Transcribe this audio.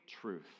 truth